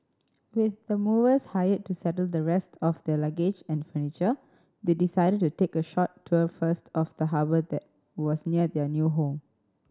with the movers hired to settle the rest of their luggage and furniture they decided to take a short tour first of the harbour that was near their new home